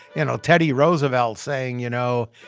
you know, teddy roosevelt saying, you know,